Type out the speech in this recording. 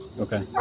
Okay